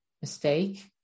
mistake